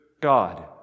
God